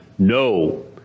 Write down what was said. No